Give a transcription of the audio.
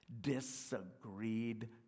disagreed